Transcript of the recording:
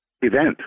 event